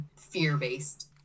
fear-based